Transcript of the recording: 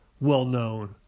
well-known